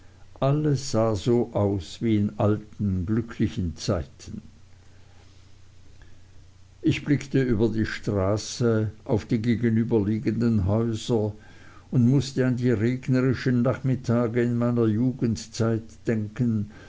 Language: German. alles sah so aus wie in den alten glücklichen zeiten ich blickte über die alte straße auf die gegenüberliegenden häuser und mußte an die regnerischen nachmittage in meiner jugendzeit denken